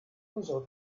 unsere